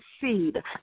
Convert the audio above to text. seed